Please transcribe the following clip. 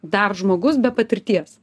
dar žmogus be patirties